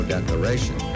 Declaration